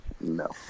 No